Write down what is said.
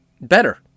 better